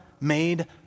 made